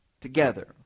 together